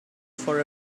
for